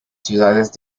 ciudades